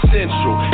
Central